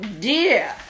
dear